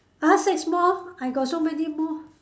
!huh! six more I got so many more